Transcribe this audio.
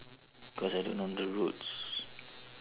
cause I don't know the roads